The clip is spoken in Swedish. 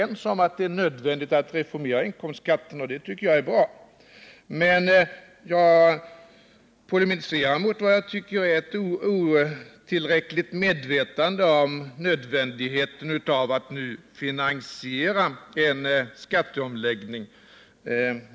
Vi är överens om att det är nödvändigt att reformera inkomstskatten, och det tycker jag är bra. Men jag polemiserar mot vad jag tycker är ett otillräckligt medvetande om nödvändigheten av att nu finansiera en skatteomläggning.